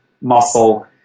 muscle